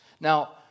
Now